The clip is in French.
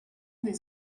des